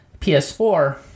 PS4